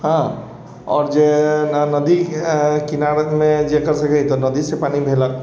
हँ आओर जे ने नदी किनारामे जकर सबके हइ तऽ नदीसँ पानि देलक